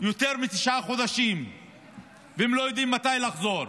יותר מתשעה חודשים והם לא יודעים מתי לחזור.